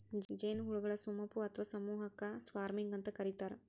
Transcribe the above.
ಜೇನುಹುಳಗಳ ಸುಮಪು ಅತ್ವಾ ಸಮೂಹಕ್ಕ ಸ್ವಾರ್ಮಿಂಗ್ ಅಂತ ಕರೇತಾರ